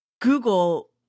Google